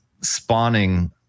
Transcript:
spawning